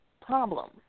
problem